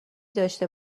داشته